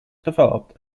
developed